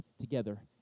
together